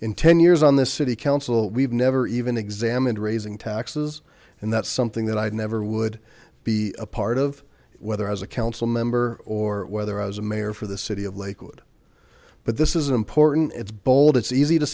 in ten years on the city council we've never even examined raising taxes and that's something that i never would be a part of whether as a council member or whether i was a mayor for the city of lakewood but this is important it's bold it's easy to